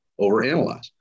overanalyze